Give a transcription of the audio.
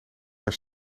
haar